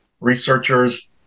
researchers